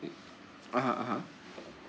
(uh huh) (uh huh)